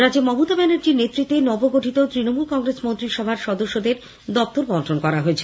রাজ্যে মমতা ব্যানার্জীর নেতৃত্বে নবগঠিত তৃণমূল কংগ্রেস মন্ত্রিসভা সদস্যদের দপ্তর বন্টন করা হয়েছে